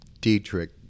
Dietrich